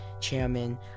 chairman